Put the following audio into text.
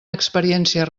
experiències